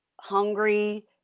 hungry